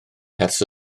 ers